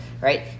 right